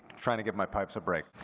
trying to give my pipes a break.